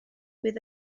bydd